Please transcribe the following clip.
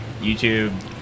YouTube